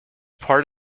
part